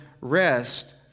rest